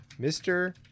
mr